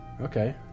Okay